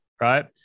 right